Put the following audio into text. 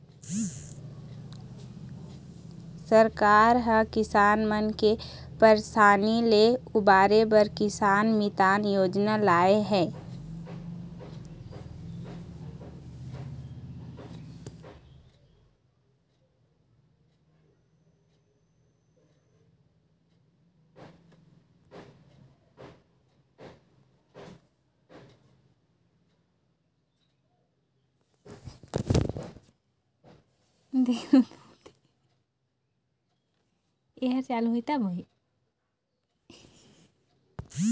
सरकार ह किसान मन के परसानी ले उबारे बर किसान मितान योजना लाए हे